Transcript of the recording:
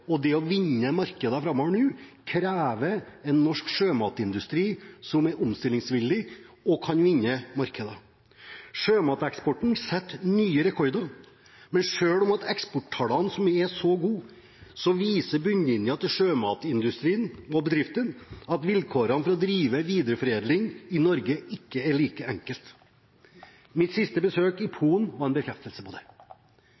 og det å vinne markeder framover nå krever en norsk sjømatindustri som er omstillingsvillig og kan vinne markeder. Sjømateksporten setter nye rekorder, men selv om eksporttallene som sådan er gode, viser bunnlinjen til sjømatindustribedriftene at vilkårene for å drive videreforedling i Norge ikke er like enkle. Mitt siste besøk i